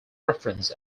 references